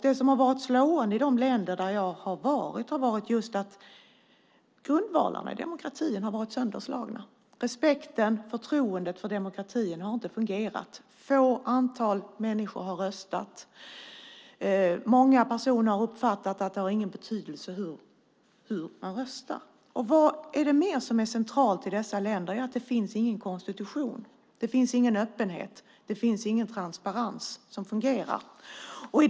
Det som har varit slående i de länderna har varit att grundvalarna för demokratin har varit sönderslagna. Respekten och förtroendet för demokratin har inte fungerat. Ett litet antal människor har röstat. Många personer har uppfattat att det inte har någon betydelse hur man röstar. Det som dessutom är centralt i dessa länder är att det inte finns någon konstitution. Det finns ingen öppenhet eller transparens som fungerar.